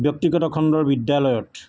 ব্যক্তিগত খণ্ডৰ বিদ্যালয়ত